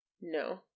No